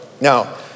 Now